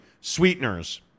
sweeteners